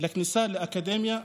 לכניסה לאקדמיה,